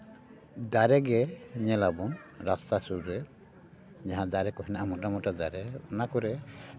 ᱫᱟᱨᱮ ᱜᱮ ᱧᱮᱞ ᱟᱵᱚᱱ ᱨᱟᱥᱛᱟ ᱥᱩᱨ ᱨᱮ ᱡᱟᱦᱟᱸ ᱫᱟᱨᱮ ᱠᱚ ᱢᱮᱱᱟᱜᱼᱟ ᱢᱳᱴᱟ ᱢᱳᱴᱟ ᱫᱟᱨᱮ ᱚᱱᱟ ᱠᱚᱨᱮ